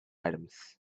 items